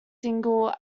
single